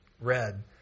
Red